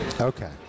Okay